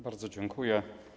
Bardzo dziękuję.